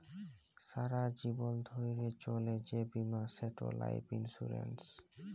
সারা জীবল ধ্যইরে চলে যে বীমা সেট লাইফ ইলসুরেল্স